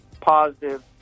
positive